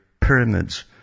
pyramids